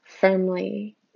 firmly